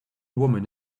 woman